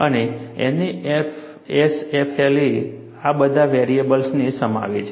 અને NASFLA આ બધા વેરિએબલ્સને સમાવે છે